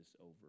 over